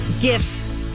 gifts